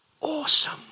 awesome